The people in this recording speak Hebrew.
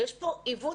יש פה עיוות